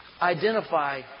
Identify